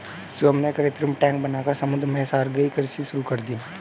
शिवम ने कृत्रिम टैंक बनाकर समुद्र में सागरीय कृषि शुरू कर दी